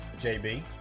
jb